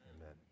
amen